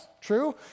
True